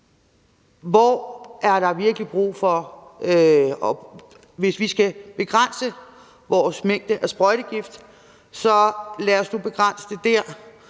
også siger tingene lige ud. Hvis vi skal begrænse vores mængde af sprøjtegift, så lad os nu begrænse det der,